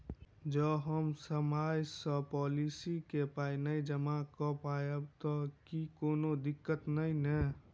जँ हम समय सअ पोलिसी केँ पाई नै जमा कऽ पायब तऽ की कोनो दिक्कत नै नै?